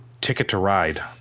ticket-to-ride